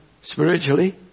spiritually